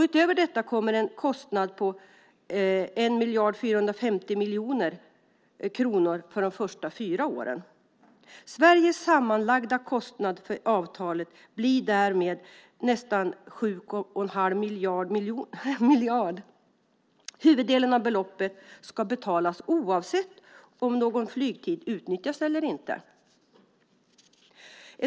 Utöver detta kommer en kostnad på 1 450 miljoner kronor för de första fyra åren. Sveriges sammanlagda kostnad för avtalet blir därmed nästan 7 1⁄2 miljard. Huvuddelen av beloppet ska betalas oavsett om någon flygtid utnyttjas eller inte.